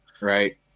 Right